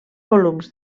volums